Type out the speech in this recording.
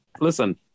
Listen